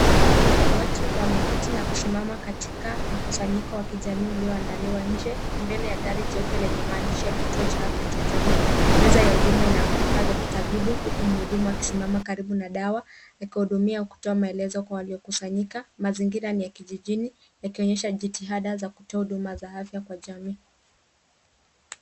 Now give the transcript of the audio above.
Watu wameketi na kusimama katika mkusanyiko wa kijamii ulioandaliwa nje mbele ya gari jeupe lenye maandishi ya kituo cha afya cha jamii. Meza ya huduma ina vifaa vya kitabibu huku mhudumu akisimama karibu na dawa akiwahudumia na kutoa maelezo kwa waliokusanyika. Mazingira ni ya kijijini yakionyesha jitihada za kutoa hduuma za afya kwa jamii.